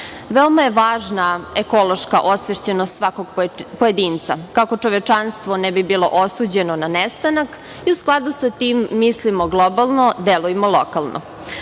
je važna ekološka osvešćenost svakog pojedinca, kako čovečanstvo ne bi bilo osuđeno na nestanak i u skladu sa tim mislimo globalno delujmo lokalno.